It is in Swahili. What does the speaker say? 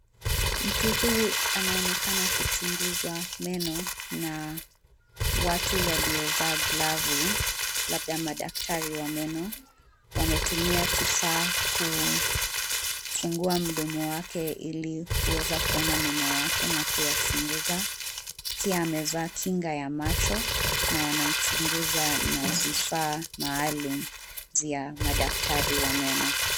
Mtu huyu anaonekana kuchunguzwa meno na watu waliovaa glavu, labda madaktari wa meno. Wametumia kifaa kufunua mdomo wake ili kuweza kuona meno yake na kuyachunguza. Pia amevaa kinga ya macho na wanamchunguza na vifaa maalum vya madaktari wa meno.